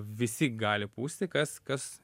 visi gali pūsti kas kas